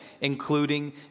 including